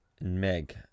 meg